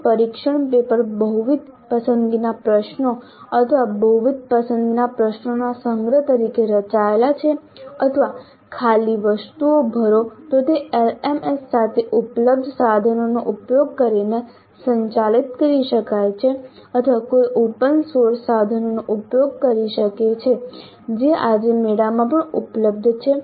જો પરીક્ષણ પેપર બહુવિધ પસંદગીના પ્રશ્નો અથવા બહુવિધ પસંદગીના પ્રશ્નોના સંગ્રહ તરીકે રચાયેલ છે અથવા ખાલી વસ્તુઓ ભરો તો તે એલએમએસ સાથે ઉપલબ્ધ સાધનનો ઉપયોગ કરીને સંચાલિત કરી શકાય છે અથવા કોઈ ઓપન સોર્સ સાધનોનો ઉપયોગ કરી શકે છે જે આજે મેળામાં પણ ઉપલબ્ધ છે